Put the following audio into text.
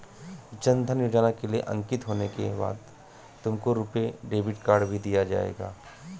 जन धन योजना के लिए अंकित होने के बाद तुमको रुपे डेबिट कार्ड भी दिया जाएगा